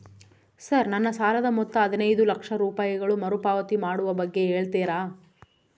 Sir ನನ್ನ ಸಾಲದ ಮೊತ್ತ ಹದಿನೈದು ಲಕ್ಷ ರೂಪಾಯಿಗಳು ಮರುಪಾವತಿ ಮಾಡುವ ಬಗ್ಗೆ ಹೇಳ್ತೇರಾ?